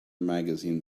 magazine